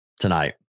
tonight